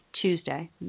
Tuesday